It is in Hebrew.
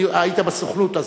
היית בסוכנות אז,